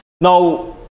now